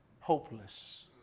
hopeless